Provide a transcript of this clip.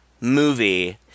movie